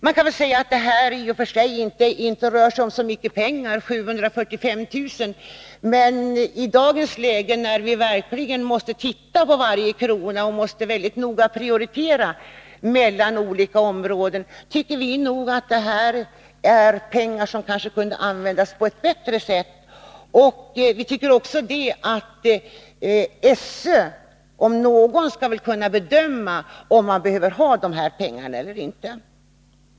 Det kan väl sägas att det i och för sig inte rör sig om så mycket pengar, 745 000 kr., men i dagens läge när vi verkligen måste titta på varje krona och väldigt noga prioritera mellan olika områden, tycker vi nog att det här är pengar som kunde användas på ett bättre sätt. Vi tycker också att SÖ om någon skall väl kunna bedöma om pengarna behövs eller inte.